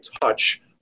touch